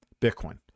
Bitcoin